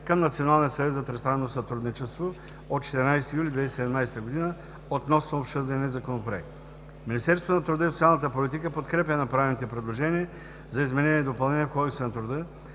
от 14 юли 2017 г. относно обсъждания Законопроект. Министерството на труда и социалната политика подкрепя направените предложения за изменения и допълнения в Кодекса на труда,